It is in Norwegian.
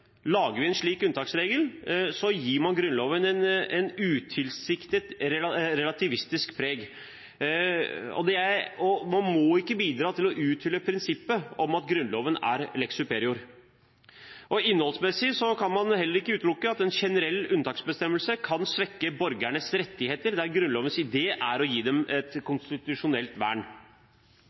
lager vi en slik unntaksregel, så gir man Grunnloven et utilsiktet relativistisk preg. Man må ikke bidra til å uthule prinsippet om at Grunnloven er lex superior. Innholdsmessig kan man heller ikke utelukke at en generell unntaksbestemmelse kan svekke borgernes rettigheter der Grunnlovens idé er å gi dem et konstitusjonelt vern.